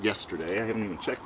yesterday i haven't even check